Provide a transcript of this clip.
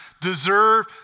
deserve